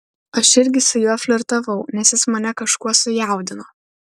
aš irgi su juo flirtavau nes jis mane kažkuo sujaudino